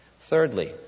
Thirdly